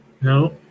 No